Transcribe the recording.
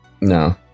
no